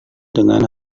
dengan